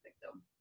victim